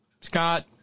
Scott